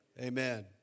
Amen